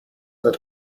that